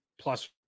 plus